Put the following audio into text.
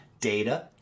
data